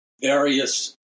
various